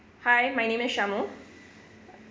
hi my name is shamu